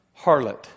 harlot